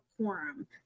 quorum